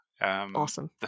awesome